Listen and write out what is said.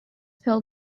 pill